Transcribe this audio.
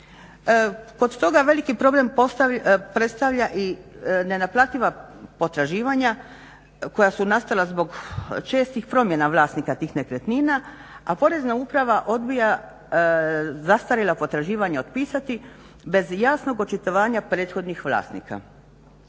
Kod toga veliki problem predstavlja i nenaplativa potraživanja koja su nastala zbog čestih promjena vlasnika tih nekretnina, a Porezna uprava odbija zastarjela potraživanja otpisati bez jasnog očitovanja prethodnih vlasnika.